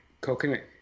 coconut